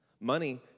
Money